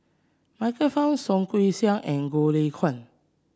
Michael Fam Soh Kay Siang and Goh Lay Kuan